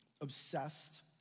obsessed